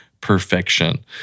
perfection